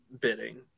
bidding